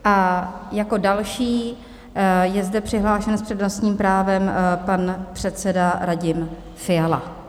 A jako další je zde přihlášen s přednostním právem pan předseda Radim Fiala.